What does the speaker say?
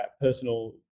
personal